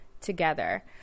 together